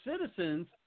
citizens